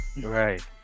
right